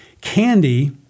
Candy